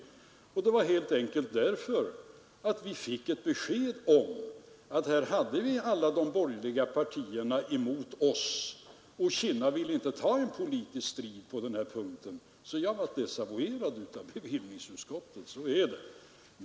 Det berodde helt enkelt på att vi fick ett besked om att vi hade alla de borgerliga partierna emot oss, och Ericsson i Kinna ville inte ta en politisk strid på den punkten. Jag blev därför desavuerad av bevillningsutskottet — så enkelt är det.